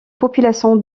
population